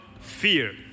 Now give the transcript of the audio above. fear